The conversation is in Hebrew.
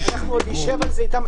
נשב על זה אתם.